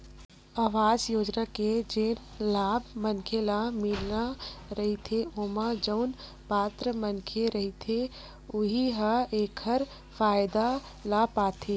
अवास योजना के जेन लाभ मनखे ल मिलना रहिथे ओमा जउन पात्र मनखे रहिथे उहीं ह एखर फायदा ल पाथे